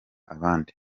abandi